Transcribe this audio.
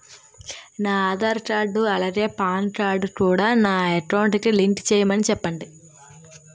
నా ఆధార్ కార్డ్ అలాగే PAN card కూడా నా అకౌంట్ కి లింక్ చేయమని చెప్పండి